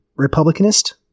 republicanist